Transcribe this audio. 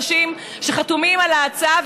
אנשים שחתומים על ההצעה,